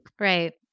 Right